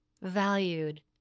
valued